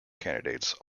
candidates